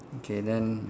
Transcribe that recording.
okay then